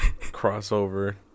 crossover